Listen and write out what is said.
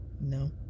No